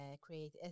create